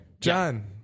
John